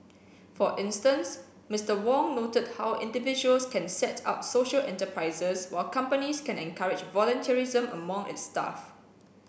for instance Mister Wong noted how individuals can set up social enterprises while companies can encourage volunteerism among its staff